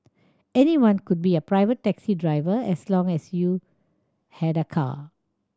anyone could be a pirate taxi driver as long as you had a car